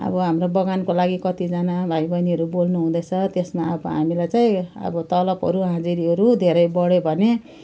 अब हाम्रो बगानको लागि कतिजना भाइबैनीहरू बोल्नुहुँदैछ त्यसमा अब हामीलाई चाहिँ अब तलबहरू हाजिरीहरू धेरै बढ्यो भने